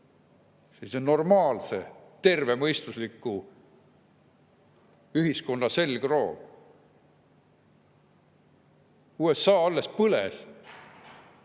USA-s normaalse tervemõistusliku ühiskonna selgroog. USA alles põles.